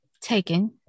taken